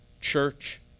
church